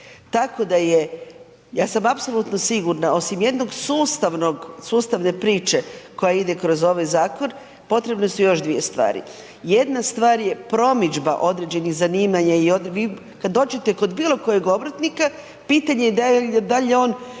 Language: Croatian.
Tako da je, ja sam apsolutno sigurna, osim jednog sustavnog, sustavne priče koja ide kroz ovaj zakon, potrebne su još dvije stvari. Jedna stvar je promidžba određenih zanimanja i vi kad dođete kod bilo kojeg obrtnika, pitanje je da li je on